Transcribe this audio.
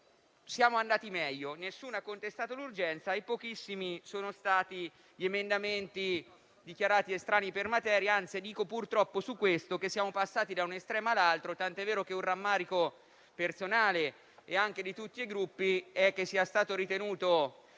siamo andati meglio: nessuno ne ha contestato l'urgenza e pochissimi sono stati gli emendamenti dichiarati estranei per materia. Anzi, purtroppo siamo passati da un estremo all'altro, tant'è vero che un rammarico personale e anche di tutti i Gruppi è che sia stato ritenuto